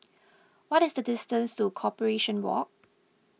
what is the distance to Corporation Walk